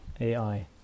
AI